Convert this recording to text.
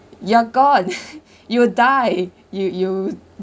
you're gone you'll die you you